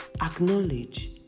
acknowledge